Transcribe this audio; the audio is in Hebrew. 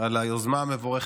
ברכות גדולות על היוזמה המבורכת,